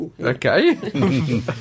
Okay